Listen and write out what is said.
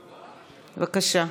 בבקשה.